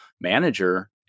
manager